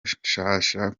nshasha